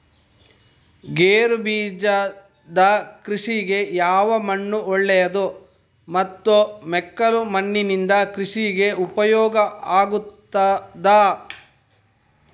ಗೇರುಬೀಜದ ಕೃಷಿಗೆ ಯಾವ ಮಣ್ಣು ಒಳ್ಳೆಯದು ಮತ್ತು ಮೆಕ್ಕಲು ಮಣ್ಣಿನಿಂದ ಕೃಷಿಗೆ ಉಪಯೋಗ ಆಗುತ್ತದಾ?